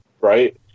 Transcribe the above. Right